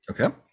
okay